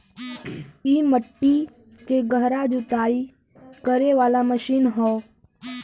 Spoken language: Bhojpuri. इ मट्टी के गहरा जुताई करे वाला मशीन हौ